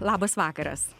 labas vakaras